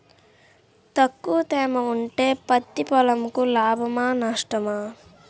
తక్కువ తేమ ఉంటే పత్తి పొలంకు లాభమా? నష్టమా?